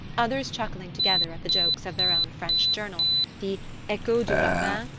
others chuckling together at the jokes of their own french journal the echo du ravin,